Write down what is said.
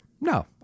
No